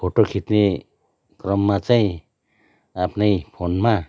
photo खिच्ने क्रममा चाहिँ आफ्नै फोनमा